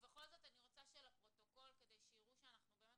ובכל זאת אני רוצה שלפרוטוקול כדי שיראו שאנחנו באמת